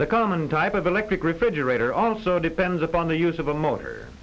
the common type of electric refrigerator also depends upon the use of a motor